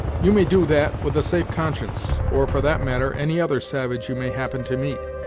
you may do that with a safe conscience, or for that matter, any other savage you may happen to meet.